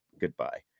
Goodbye